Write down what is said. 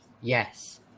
Yes